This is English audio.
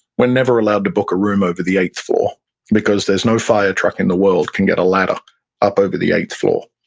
we're never allowed to book a room over the eighth floor because there's no fire truck in the world can get a ladder up up over the eighth floor.